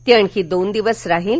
ती आणखी दोन दिवस राहील